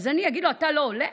אז אני אגיד לו: אתה לא עולה?